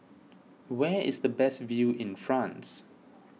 where is the best view in France